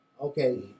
okay